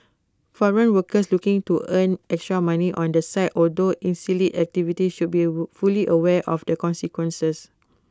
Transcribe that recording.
foreign workers looking to earn extra money on the side although illicit activities should be A fully aware of the consequences